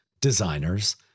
designers